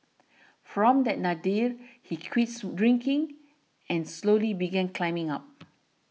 from that nadir he quits drinking and slowly began climbing up